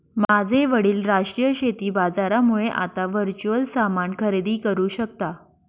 माझे वडील राष्ट्रीय शेती बाजारामुळे आता वर्च्युअल सामान खरेदी करू शकता